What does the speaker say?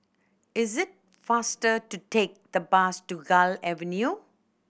it is faster to take the bus to Gul Avenue